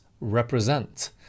represent